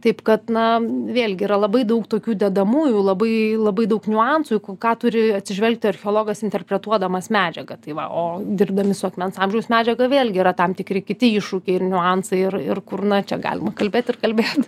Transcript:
taip kad na vėlgi yra labai daug tokių dedamųjų labai labai daug niuansų į k ką turi atsižvelgti archeologas interpretuodamas medžiagą tai va o dirbdami su akmens amžiaus medžiaga vėlgi yra tam tikri kiti iššūkiai ir niuansai ir ir kur na čia galima kalbėt ir kalbėt